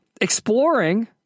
exploring